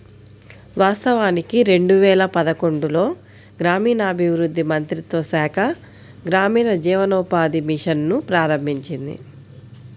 వాస్తవానికి రెండు వేల పదకొండులో గ్రామీణాభివృద్ధి మంత్రిత్వ శాఖ గ్రామీణ జీవనోపాధి మిషన్ ను ప్రారంభించింది